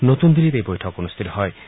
নতূন দিল্লীত এই বৈঠক অনুষ্ঠিত হৈছিল